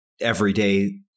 Everyday